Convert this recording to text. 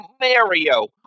Mario